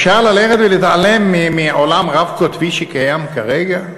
אפשר להתעלם מהעולם הרב-קוטבי שקיים כרגע?